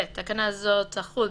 (ב)תקנה זו תחול,